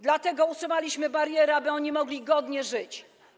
Dlatego usuwaliśmy bariery, aby one mogły godnie żyć.